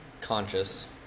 conscious